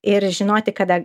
ir žinoti kada